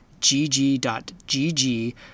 gg.gg